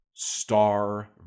Star